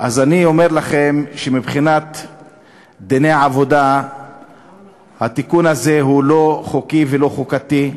אני אומר לכם שמבחינת דיני עבודה התיקון הזה הוא לא חוקי ולא חוקתי.